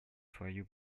свою